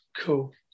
Cool